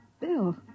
Bill